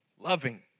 Loving